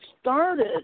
started